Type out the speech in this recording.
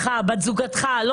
עזבי, אל תדברי עלי.